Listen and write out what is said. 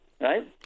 right